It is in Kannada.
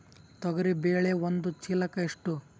ತೊಗರಿ ಬೇಳೆ ಒಂದು ಚೀಲಕ ಎಷ್ಟು?